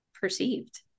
perceived